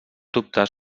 dubtes